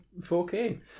4K